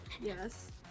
Yes